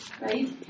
right